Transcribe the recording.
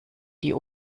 die